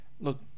look